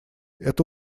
это